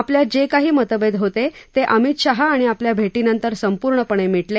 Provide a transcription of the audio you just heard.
आपल्यात जे काही मतभेद होते ते अमित शहा आणि आपल्या भेटीनंतर संपूर्णपणे मिटले